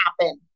happen